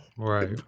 Right